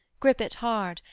gripe it hard,